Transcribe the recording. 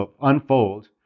unfold